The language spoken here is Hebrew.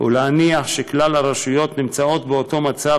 ולהניח שכלל הרשויות נמצאות באותו מצב